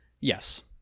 Yes